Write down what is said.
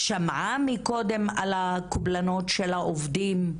שמעה קודם על הקובלנות של העובדים?